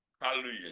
Hallelujah